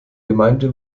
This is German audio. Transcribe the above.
gemeinde